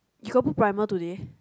you got put primer today